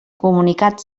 comunicats